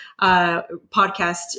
podcast